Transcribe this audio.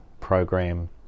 program